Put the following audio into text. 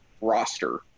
roster